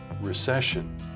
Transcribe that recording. recession